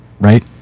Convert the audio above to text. Right